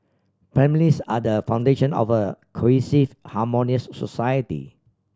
families are the foundation of a cohesive harmonious society